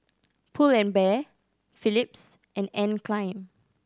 Pull And Bear Philips and Anne Klein